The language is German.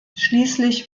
schließlich